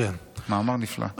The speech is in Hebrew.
מאמר נפלא.